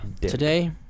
Today